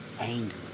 anger